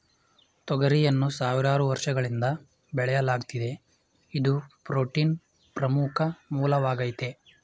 ತೊಗರಿಯನ್ನು ಸಾವಿರಾರು ವರ್ಷಗಳಿಂದ ಬೆಳೆಯಲಾಗ್ತಿದೆ ಇದು ಪ್ರೋಟೀನ್ನ ಪ್ರಮುಖ ಮೂಲವಾಗಾಯ್ತೆ